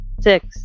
six